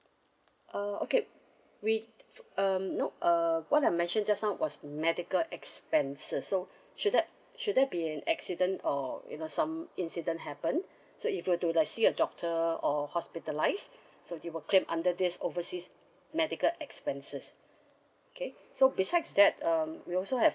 err okay we um no err what I mentioned just now was medical expenses so should there should there be an accident or you know some incident happen so if you were to like see a doctor or hospitalised so they will claim under this overseas medical expenses okay so besides that um we also have